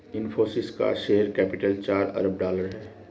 इनफ़ोसिस का share capital चार अरब डॉलर है